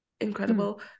incredible